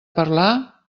parlar